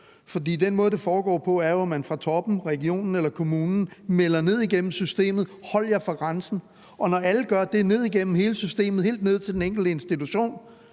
for den måde, det foregår på, er jo, at man fra toppen i regionen eller kommunen melder ned igennem systemet: Hold jer fra grænsen. Og når alle gør det ned igennem hele systemet, helt ned til den enkelte institution,